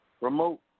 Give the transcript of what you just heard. remote